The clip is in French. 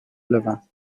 levant